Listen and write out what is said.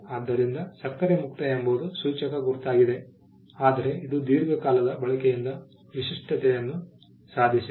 ಆದ್ದರಿಂದ ಸಕ್ಕರೆ ಮುಕ್ತ ಎಂಬುದು ಸೂಚಕ ಗುರುತಾಗಿದೆ ಆದರೆ ಇದು ದೀರ್ಘಕಾಲದ ಬಳಕೆಯಿಂದ ವಿಶಿಷ್ಟತೆಯನ್ನು ಸಾಧಿಸಿದೆ